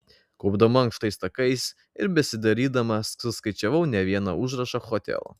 kopdama ankštais takais ir besidarydama suskaičiavau ne vieną užrašą hotel